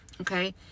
Okay